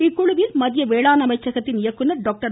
இக்குழுவில் மத்திய வேளாண் அமைச்சகத்தின் இயக்குனர் டாக்டர்